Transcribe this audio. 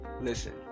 Listen